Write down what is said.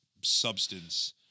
substance